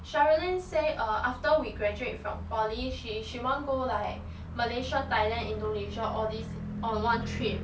sherilyn say uh after we graduate from poly she she want go like malaysia thailand indonesia all these on one trip